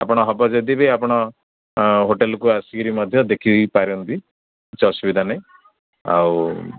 ଆପଣ ହବ ଯଦି ବି ଆପଣ ହୋଟେଲକୁ ଆସିକିରି ମଧ୍ୟ ଦେଖିଦେଇ ପାରନ୍ତି କିଛି ଅସୁବିଧା ନାହିଁ ଆଉ